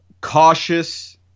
Cautious